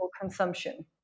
consumption